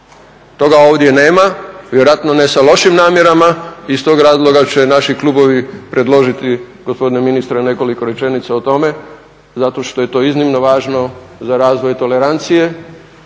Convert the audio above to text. Toga ovdje nema, vjerojatno ne sa lošim namjerama i iz tog razloga će naši klubovi predložiti gospodine ministre nekoliko rečenica o tome zato što je to iznimno važno za razvoj tolerancije,